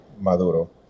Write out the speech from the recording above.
Maduro